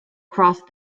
crossed